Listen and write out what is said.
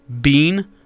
Bean